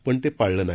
पण ते पाळलं नाही